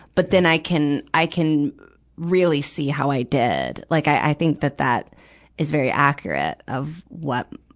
but then i can, i can really see how i did. like i think that that is very accurate of what,